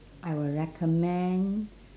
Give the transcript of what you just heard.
I will recommend